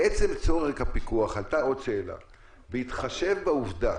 לעצם צורך הפיקוח עלתה עוד שאלה; בהתחשב בעובדה